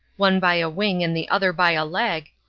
one by a wing and the other by a leg,